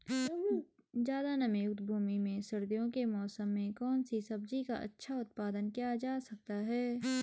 ज़्यादा नमीयुक्त भूमि में सर्दियों के मौसम में कौन सी सब्जी का अच्छा उत्पादन किया जा सकता है?